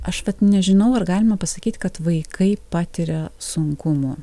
aš vat nežinau ar galima pasakyt kad vaikai patiria sunkumų